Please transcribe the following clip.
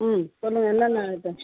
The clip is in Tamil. ம் சொல்லுங்கள் என்னென்ன இது